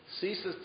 ceases